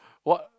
what